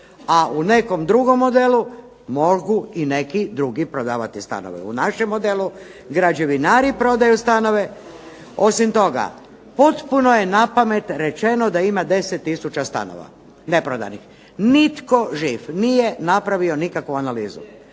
a u nekom drugom modelu mogu i neki drugi prodavati stanove. U našem modelu građevinari prodaju stanove. Osim toga, potpuno je napamet rečeno da ima 10000 stanova neprodanih. Nitko živ nije napravio nikakvu analizu